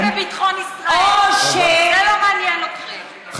אנחנו יוצאים מנקודת הנחה שאתם לא תומכים בביטחון ישראל.